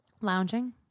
Lounging